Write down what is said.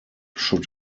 should